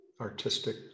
artistic